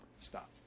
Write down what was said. stop